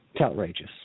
outrageous